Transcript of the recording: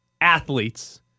athletes